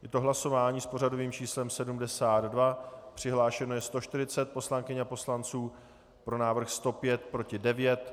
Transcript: Je to hlasování s pořadovým číslem 72, přihlášeno je 140 poslankyň a poslanců, pro návrh 105, proti 9.